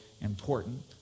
important